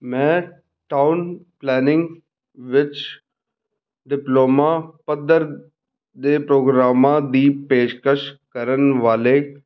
ਮੈਂ town planning ਵਿੱਚ diploma ਪੱਧਰ ਦੇ ਪ੍ਰੋਗਰਾਮਾਂ ਦੀ ਪੇਸ਼ਕਸ਼ ਕਰਨ ਵਾਲੇ